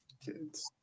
Kids